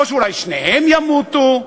או אולי שניהם ימותו,